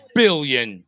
billion